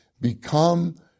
become